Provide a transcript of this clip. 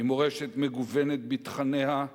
היא מורשת מגוונת בתכניה,